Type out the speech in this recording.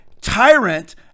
tyrant